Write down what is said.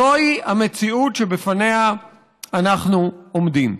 זוהי המציאות שבפניה אנחנו עומדים.